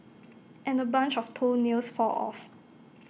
and A bunch of toenails fall off